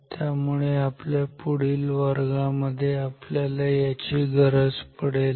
त्यामुळे आपल्या पुढील वर्गामध्ये आपल्याला याची गरज पडेल